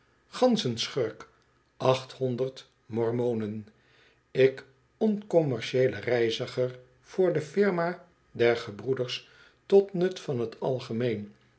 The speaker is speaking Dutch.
ganzen schurk achthonderd mokmoken ik oncommercieele reiziger voor de firma der gebroeders tot nut van t algemeen